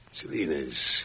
Salinas